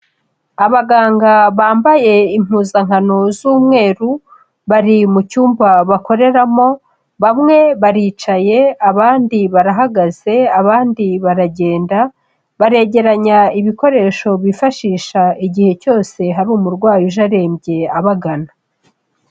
Abaganga bambaye impuzankano z'umweru, bari mu cyumba bakoreramo, bamwe baricaye, abandi barahagaze, abandi baragenda, baregeranya ibikoresho bifashisha igihe cyose hari umurwayi uje arembye abagana.